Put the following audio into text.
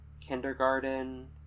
Kindergarten